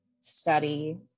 study